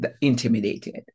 intimidated